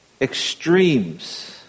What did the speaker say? extremes